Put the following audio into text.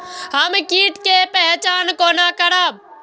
हम कीट के पहचान कोना करब?